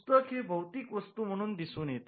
पुस्तक हे भौतिक वस्तू म्हणून दिसून येते